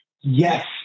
yes